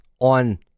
on